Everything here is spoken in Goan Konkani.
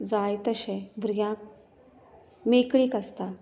जाय तशें भुरग्यांक मेकळीक आसता